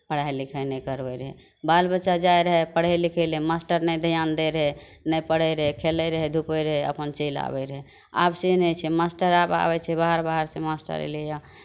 पढ़ाइ लिखाइ नहि करबैत रहै बाल बच्चा जाइ रहै पढ़ै लिखै लेल मास्टर नहि ध्यान दैत रहै नहि पढ़ैत रहै खेलैत रहै धूपैत रहै अपन चलि आबैत रहै आब से नहि छै मास्टर आब आबै छै बाहर बाहरसँ मास्टर एलैए